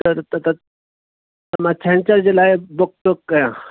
त मां छंछर जे लाइ बुक थो कयां